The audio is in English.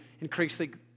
increasingly